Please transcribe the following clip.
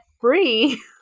free